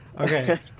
Okay